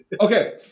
Okay